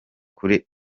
kuri